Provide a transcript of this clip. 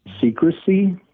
secrecy